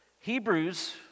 Hebrews